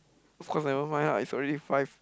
of course never mind lah it's already five